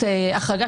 היום כ' בתמוז תשפ"ג,